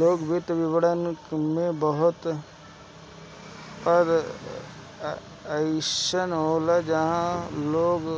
लोक वित्त विभाग में बहुत पद अइसन होला जहाँ लोग